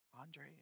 Andre